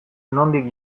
nondik